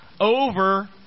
over